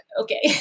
Okay